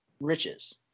riches